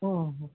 ಹ್ಞೂ